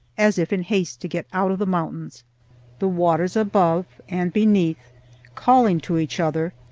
as if in haste to get out of the mountains the waters above and beneath calling to each other,